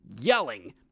yelling